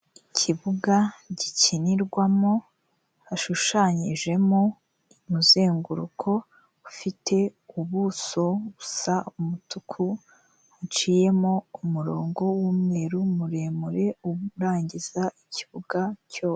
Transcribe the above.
Ikibuga gikinirwamo hashushanyijemo umuzenguruko ufite ubuso busa umutuku, buciyemo umurongo w'umweru muremure urangiza ikibuga cyose.